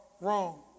wrong